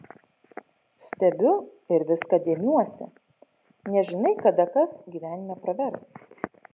stebiu ir viską dėmiuosi nežinai kada kas gyvenime pravers